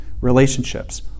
relationships